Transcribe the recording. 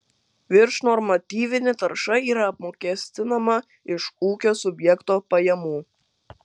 viršnormatyvinė tarša yra apmokestinama iš ūkio subjekto pajamų